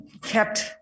kept